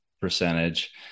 percentage